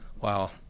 Wow